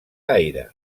gaire